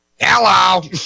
Hello